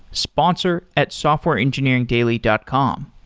sponsor at softwareengineeringdaily dot com.